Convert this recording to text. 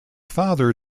father